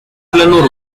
plano